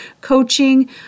coaching